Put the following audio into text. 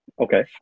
Okay